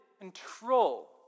control